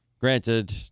granted